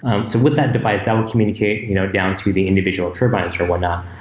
um so with that device, that would communicate you know down to the individual turbines or whatnot.